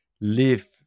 live